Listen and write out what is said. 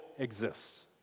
exists